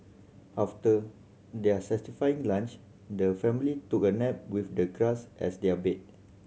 after their satisfying lunch the family took a nap with the grass as their bed